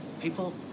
people